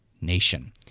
nation